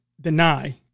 deny